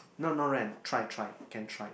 no no rent try try can try